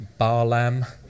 Barlam